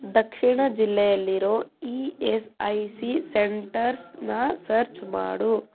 ದಕ್ಷಿಣ ಜಿಲ್ಲೆಯಲ್ಲಿರೋ E S I C ಸೆಂಟರ್ಸನ್ನು search ಮಾಡು